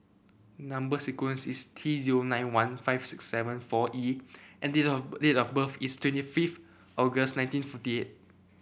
number sequence is T zero nine one five six seven four E and date of date of birth is twenty fifth August nineteen forty eight